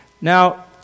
Now